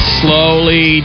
slowly